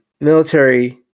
military